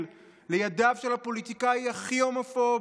לידיו של הפוליטיקאי הכי הומופוב,